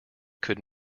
could